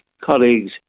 colleagues